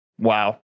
Wow